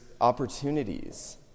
opportunities